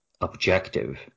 objective